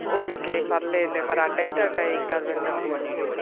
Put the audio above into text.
okay పర్లేదలే మరి అటు అయితే అలా ఎంకాదు వెళ్దాంలే అండి